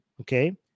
okay